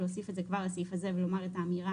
להוסיף את זה כבר לסעיף הזה ולומר את האמירה